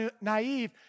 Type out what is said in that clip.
naive